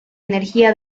energía